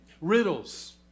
Riddles